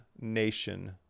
nation